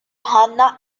hannah